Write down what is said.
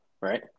Right